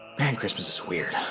man, christmas is weird.